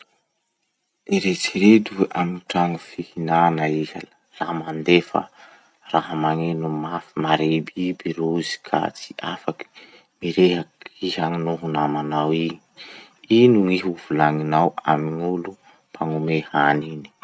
Eritsereto hoe amy tragno fihinana iha la mandefa raha magneno mafy mare biby rozy ka tsy afaky mirehaky iha noho namanao igny. Ino gny ho volagninao amy gn'olo mpanome hany igny.